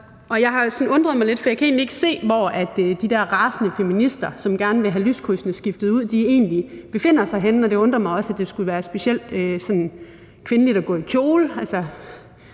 egentlig ikke se, hvor de der rasende feminister, som gerne vil have lyskrydsene skiftet ud, egentlig befinder sig henne, og det undrer mig også, at det skulle være specielt kvindeligt at gå i kjole.